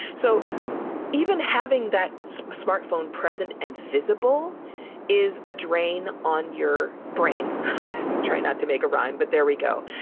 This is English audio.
so even having that smartphone present and visible is a drain on your brain trying not to make a rhyme, but there we go.